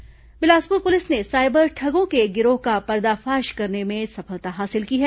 ठगी गिरफ्तार बिलासपुर पुलिस ने साइबर ठगों के एक गिरोह का पर्दाफाश करने में सफलता हासिल की है